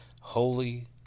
Holy